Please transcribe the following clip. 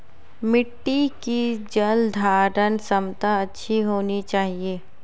मिट्टी की जलधारण क्षमता अच्छी होनी चाहिए